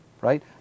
right